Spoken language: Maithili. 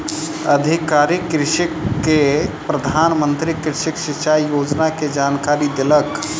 अधिकारी कृषक के प्रधान मंत्री कृषि सिचाई योजना के जानकारी देलक